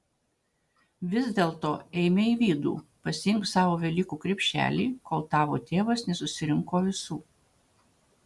vis dėlto eime į vidų pasiimk savo velykų krepšelį kol tavo tėvas nesusirinko visų